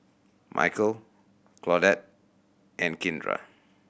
Micheal Claudette and Kindra